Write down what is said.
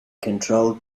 controlled